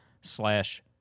slash